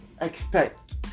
expect